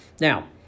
Now